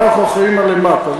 אנחנו אחראים על למטה.